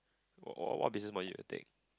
what what what business module you take